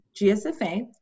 GSFA